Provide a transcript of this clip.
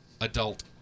adult